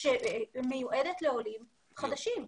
שמיועדת לעולים חדשים,